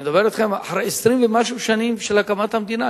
אני מדבר אתכם על 20 ומשהו שנים אחרי הקמת המדינה.